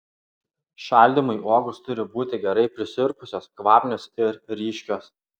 šaldymui uogos turi būti gerai prisirpusios kvapnios ir ryškios